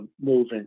moving